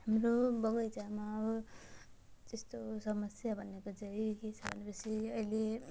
हाम्रो बगैँचामा अब त्यस्तो समस्या भनेको चाहिँ के छ भनेपछि अहिले